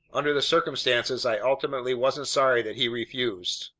under the circumstances i ultimately wasn't sorry that he refused.